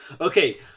okay